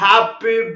Happy